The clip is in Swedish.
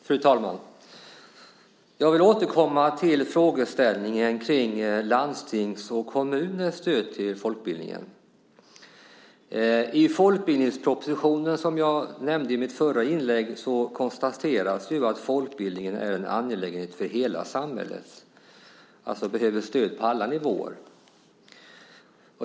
Fru talman! Jag vill återkomma till frågan om landstingens och kommunernas stöd till folkbildningen. I den folkbildningsproposition som jag nämnde i mitt förra inlägg konstateras att folkbildningen är en angelägenhet för hela samhället och behöver alltså stöd på alla nivåer.